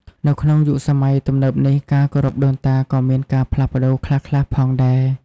នៅក្នុងយុគសម័យទំនើបនេះ ការគោរពដូនតាក៏មានការផ្លាស់ប្ដូរខ្លះៗផងដែរ។